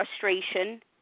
frustration